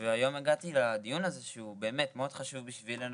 והיום הגעתי לדיון הזה שהוא באמת מאוד חשוב בשבילנו,